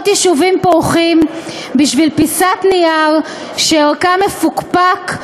יישובים פורחים בשביל פיסת נייר שערכה מפוקפק?'